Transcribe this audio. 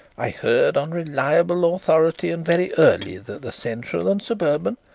i heard on reliable authority, and very early, that the central and suburban,